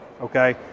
Okay